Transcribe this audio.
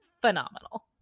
phenomenal